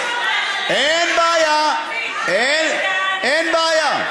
אין בעיה, אין בעיה.